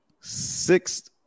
Sixth